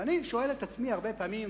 ואני שואל את עצמי הרבה פעמים,